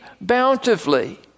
bountifully